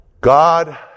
God